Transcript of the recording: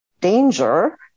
Danger